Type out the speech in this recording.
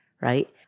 right